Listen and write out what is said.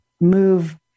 move